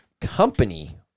company